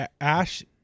Ash